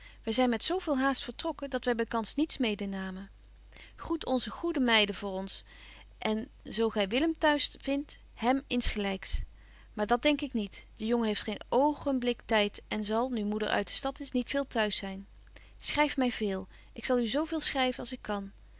wy zyn met zo veel haast vertrokken dat wy bykans niets mede namen groet onze goede meiden voor ons en zo gy willem t'huis vindt hem insgelyks maar dat denk ik niet de jongen heeft geen oogenblik tyd en zal nu moeder uit de stad is niet veel t'huis zyn schryf my veel ik zal u zo veel schryven als ik kan